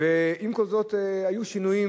עם כל זאת היו שינויים,